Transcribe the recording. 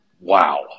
Wow